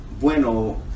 Bueno